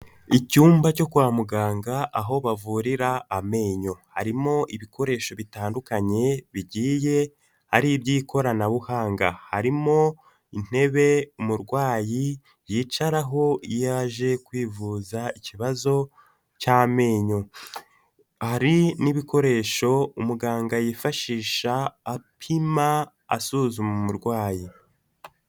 Icyumba cyo kwa muganga aho bavurira amenyo, harimo ibikoresho bitandukanye bigiye ari iby'ikoranabuhanga, harimo intebe umurwayi yicaraho iyo aje kwivuza ikibazo cy'amenyo, hari n'ibikoresho umuganga yifashisha apima asuzuma umurwayi.